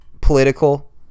political